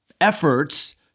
efforts